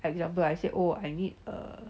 example I say oh I need uh